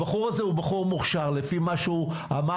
הבחור הזה הוא בחור מוכשר לפי מה שהוא אמר,